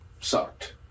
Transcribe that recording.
sucked